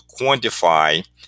quantify